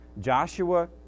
Joshua